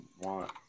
want